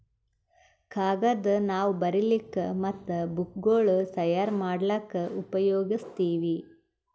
ಕಾಗದ್ ನಾವ್ ಬರಿಲಿಕ್ ಮತ್ತ್ ಬುಕ್ಗೋಳ್ ತಯಾರ್ ಮಾಡ್ಲಾಕ್ಕ್ ಉಪಯೋಗಸ್ತೀವ್